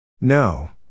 No